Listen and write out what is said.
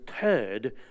third